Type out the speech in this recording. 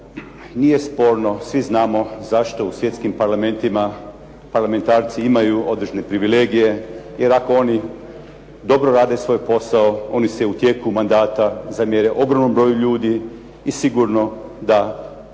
nije sporno, svi znamo zašto u svjetskim parlamentima parlamentarci imaju odlične privilegije, jer ako oni dobro rade svoj posao, oni se u tijeku mandata zamjere ogromnom broju ljudi i sigurno da